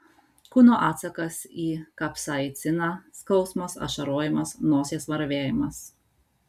kūno atsakas į kapsaiciną skausmas ašarojimas nosies varvėjimas